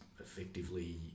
effectively